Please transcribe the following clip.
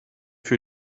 für